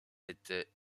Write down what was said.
étaient